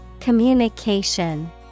Communication